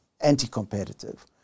anti-competitive